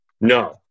No